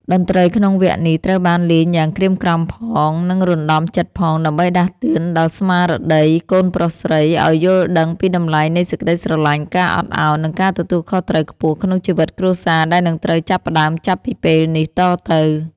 តន្ត្រីក្នុងវគ្គនេះត្រូវបានលេងយ៉ាងក្រៀមក្រំផង និងរណ្តំចិត្តផង ដើម្បីដាស់តឿនដល់ស្មារតីកូនប្រុសស្រីឱ្យយល់ដឹងពីតម្លៃនៃសេចក្តីស្រឡាញ់ ការអត់ឱន និងការទទួលខុសត្រូវខ្ពស់ក្នុងជីវិតគ្រួសារដែលនឹងត្រូវចាប់ផ្តើមចាប់ពីពេលនេះតទៅ។